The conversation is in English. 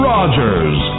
Rogers